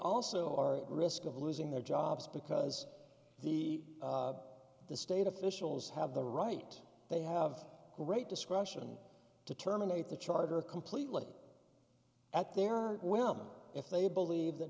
also are at risk of losing their jobs because the the state officials have the right they have great discretion to terminate the charter completely at their will if they believe that